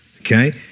okay